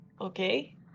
Okay